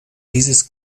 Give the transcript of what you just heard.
dieses